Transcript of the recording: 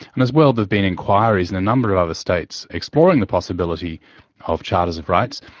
and as well there've been enquiries in a number of other states exploring the possibility of charters of rights.